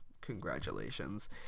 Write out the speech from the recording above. congratulations